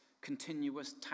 continuous